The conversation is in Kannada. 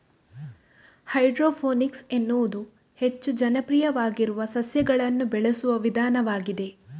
ಹೈಡ್ರೋಫೋನಿಕ್ಸ್ ಎನ್ನುವುದು ಹೆಚ್ಚು ಜನಪ್ರಿಯವಾಗಿರುವ ಸಸ್ಯಗಳನ್ನು ಬೆಳೆಸುವ ವಿಧಾನವಾಗಿದೆ